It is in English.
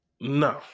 No